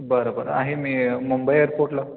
बरं बरं आहे मी मुंबई एयरपोर्टला